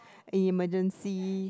emergency